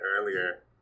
earlier